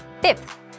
Fifth